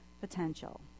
potential